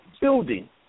Building